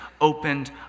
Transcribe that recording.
opened